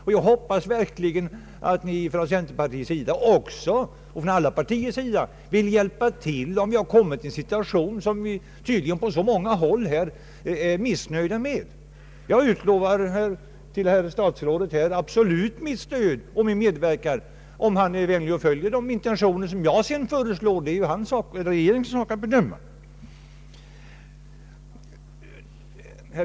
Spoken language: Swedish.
Och jag hoppas verkligen att man från centerpartiets och från alla andra partiers sida vill hjälpa till om vi hamnat i en situation, som vi på många håll är missnöjda med. Jag lovar absolut kommunikationsministern mitt stöd och min medverkan, Om han sedan vill följa mina intentioner, det blir ju hans och regeringens sak att bedöma.